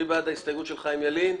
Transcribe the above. מי בעד ההסתייגות של חיים ילין?